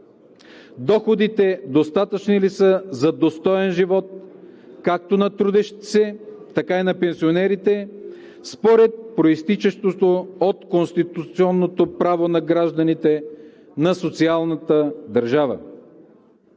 Доходите достатъчни ли са за достоен живот както на трудещите се, така и на пенсионерите според произтичащото от конституционното право на гражданите на социалната държава?